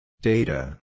data